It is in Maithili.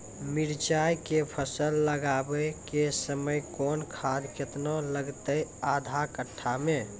मिरचाय के फसल लगाबै के समय कौन खाद केतना लागतै आधा कट्ठा मे?